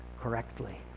correctly